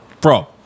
Bro